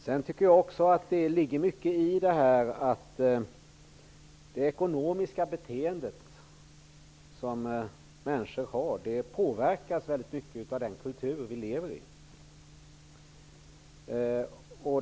Jag tycker också att det ligger mycket i att det ekonomiska beteende som människor har påverkas väldigt mycket av den kultur vi lever i.